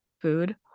food